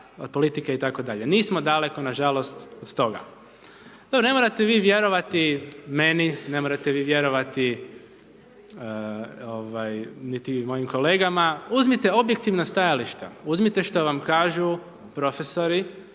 od politike itd. Nismo daleko, nažalost, od toga. No ne morate vi vjerovati meni, ne morate vi vjerovati, ovaj, niti mojim kolegama. Uzmite objektivna stajališta, uzmite što vam kažu profesori,